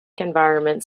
environments